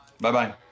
bye-bye